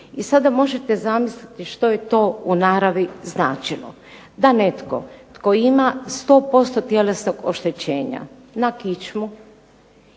I sada možete zamisliti što je to u naravi značilo da netko tko ima 100% tjelesnog oštećenja na kičmu